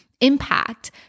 impact